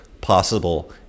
possible